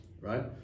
right